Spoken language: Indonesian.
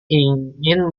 ingin